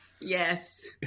Yes